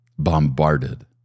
bombarded